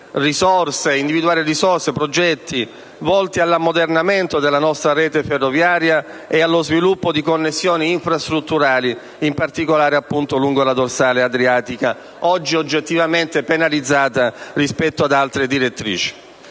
promuovere, individuare risorse e progetti volti all'ammodernamento della nostra rete ferroviaria e allo sviluppo di connessioni infrastrutturali, in particolare appunto lungo la dorsale adriatica, oggi oggettivamente penalizzata rispetto ad altre direttrici.